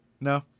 No